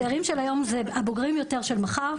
הצעירים של היום זה הבוגרים יותר של מחר,